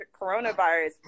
coronavirus